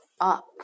up